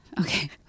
Okay